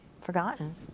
forgotten